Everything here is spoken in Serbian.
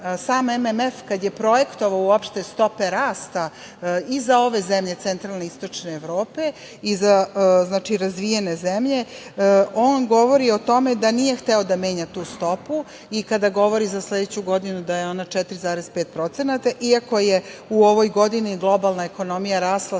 sam MMF kada je projektovao uopšte stope rasta i za ove zemlje centralne i istočne Evrope i za razvijene zemlje, on govori o tome da nije hteo da menja tu stopu, i kada govori za sledeću godinu da je ona 4,5%, iako je u ovoj godini globalna ekonomija rasla